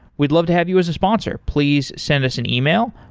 we'd love to have you as a sponsor. please send us an email.